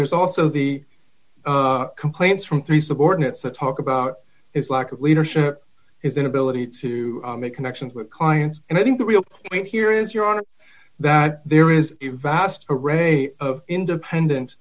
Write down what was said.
there's also the complaints from three subordinates that talk about his lack of leadership his inability to make connections with clients and i think the real point here is your honor that there is a vast array of independen